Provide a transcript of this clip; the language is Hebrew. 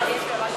ברשות היושב-ראש,